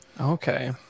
Okay